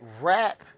rap